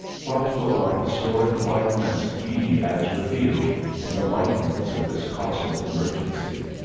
what will our historic likeness be as revealed in the lightnings of this cosmic emergency?